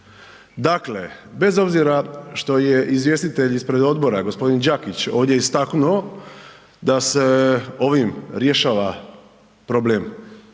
Dakle, bez obzira što je izvjestitelj ispred odbora gospodin Đakić ovdje istaknuo da se ovim rješava problem